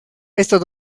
estos